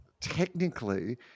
technically